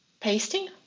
Pasting